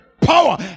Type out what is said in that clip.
power